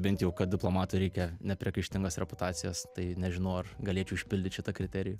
bent jau kad diplomatui reikia nepriekaištingos reputacijos tai nežinau ar galėčiau išpildyt šitą kriterijų